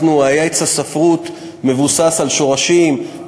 עץ הספרות מבוסס על שורשים,